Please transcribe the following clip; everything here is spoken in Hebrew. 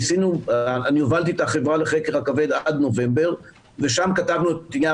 אני הובלתי את החברה לחקר הכבד עד נובמבר ושם כתבנו את נייר